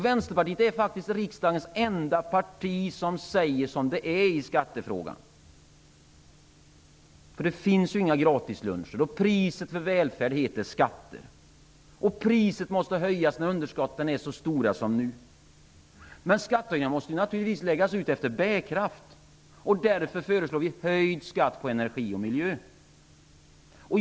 Vänsterpartiet är faktiskt det enda parti i riksdagen som säger som det är i skattefrågan. Det finns ju inga gratisluncher. Priset för välfärd heter skatter. Priset måste höjas när underskotten är så stora som de nu är. Men skattehöjningarna måste naturligtvis läggas ut efter bärkraft. Därför föreslår vi höjd skatt på energi och miljö.